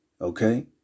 okay